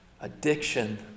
addiction